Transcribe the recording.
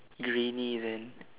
grey knee length